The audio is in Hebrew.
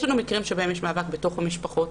יש לנו מקרים שבהם יש מאבק בתוך המשפחות,.